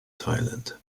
thailand